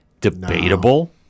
Debatable